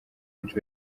benshi